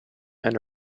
and